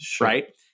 right